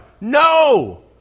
No